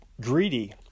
greedy